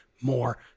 more